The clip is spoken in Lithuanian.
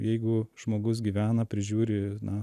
jeigu žmogus gyvena prižiūri na